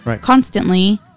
constantly